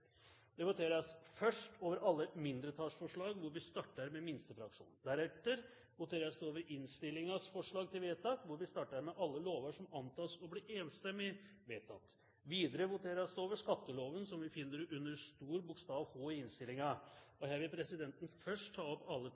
Det voteres først over alle mindretallsforslag, hvor vi starter med minste fraksjon. Deretter voteres det over innstillingens forslag til vedtak, hvor vi starter med alle lover som antas å bli enstemmig vedtatt. Videre voteres det over skatteloven, som vi finner under stor bokstav H i innstillingen. Her vil presidenten først ta opp alle